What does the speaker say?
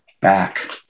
back